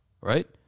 Right